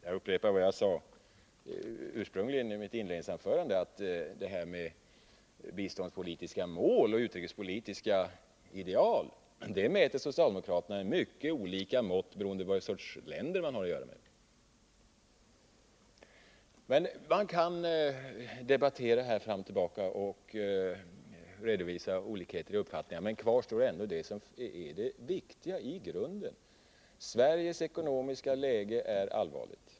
Jag upprepar vad jag sade i mitt inledningsanförande, att biståndspolitiska mål och utrikespolitiska ideal mäter socialdemokraterna med mycket olika mått beroende på vad för sorts länder man har att göra med. Vi kan debattera här fram och tillbaka och redovisa olika uppfattningar, men kvar står ändå det som är det viktiga i grunden: Sveriges ekonomiska läge är allvarligt.